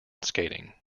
skating